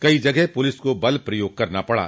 कई जगह पुलिस को बल प्रयोग करना पड़ा